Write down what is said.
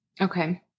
Okay